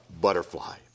butterfly